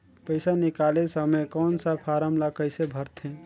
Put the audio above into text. पइसा निकाले समय कौन सा फारम ला कइसे भरते?